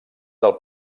del